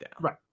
Right